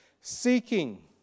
seeking